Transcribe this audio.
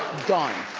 done,